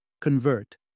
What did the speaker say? convert